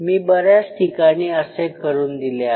मी बऱ्याच ठिकाणी असे करून दिले आहे